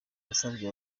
yasabye